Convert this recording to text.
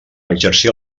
exercir